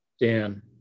Dan